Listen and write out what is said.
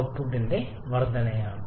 ഔട്ട്പുട്ടിന്റെ വർദ്ധനവാണ്